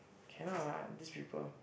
cannot lah these people